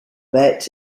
bet